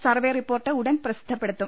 survey report ഉടൻ പ്രസിദ്ധപ്പെടുത്തും